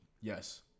Yes